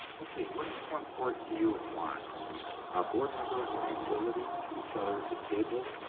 okay, what is more important to you and why? a board member accountability to each other at the table,